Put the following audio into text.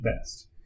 best